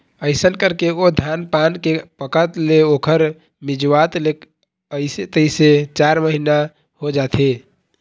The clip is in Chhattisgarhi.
अइसन करके ओ धान पान के पकत ले ओखर मिंजवात ले अइसे तइसे चार महिना हो जाथे